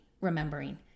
remembering